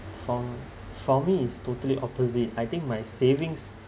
for for me it's totally opposite I think my savings